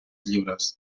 lliures